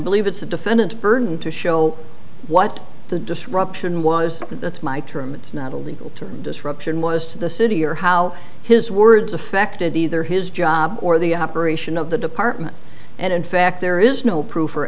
believe it's a defendant burden to show what the disruption was but that's my term it's not a legal term disruption was to the city or how his words affected either his job or the operation of the department and in fact there is no proof or